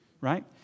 right